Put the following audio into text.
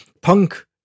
punk